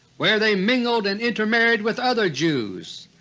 where they mingled and intermarried with other jews.